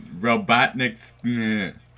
Robotnik's